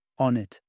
Onit